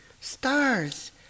stars